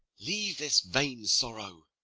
leave this vain sorrow.